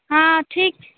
हँ ठीक छै